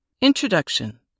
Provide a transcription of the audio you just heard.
Introduction